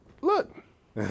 look